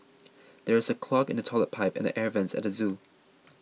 there is a clog in the Toilet Pipe and the Air Vents at the zoo